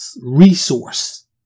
resource